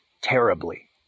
terribly